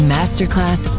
Masterclass